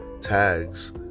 tags